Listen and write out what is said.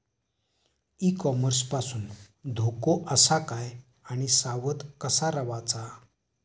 E commerce पासून धोको आसा काय आणि सावध कसा रवाचा?